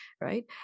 right